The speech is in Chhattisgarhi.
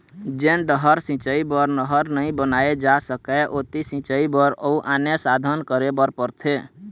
जेन डहर सिंचई बर नहर नइ बनाए जा सकय ओती सिंचई बर अउ आने साधन करे बर परथे